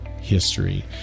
history